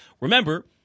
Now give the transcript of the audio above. Remember